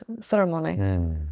ceremony